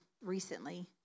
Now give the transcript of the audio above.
recently